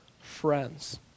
friends